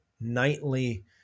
nightly